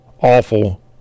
awful